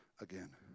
again